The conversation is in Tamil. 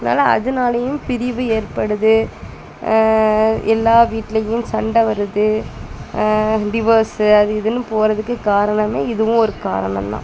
அதனால அதனாலையும் பிரிவு ஏற்படுது எல்லா வீட்டிலையும் சண்டை வருது டிவர்ஸு அது இதுன்னு போகிறதுக்கு காரணமே இதுவும் ஒரு காரணந்தான்